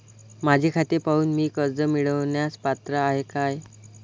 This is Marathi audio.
माझे खाते पाहून मी कर्ज मिळवण्यास पात्र आहे काय?